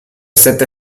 sette